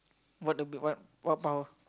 what would it what power